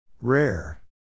Rare